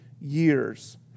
years